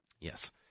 Yes